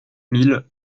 mille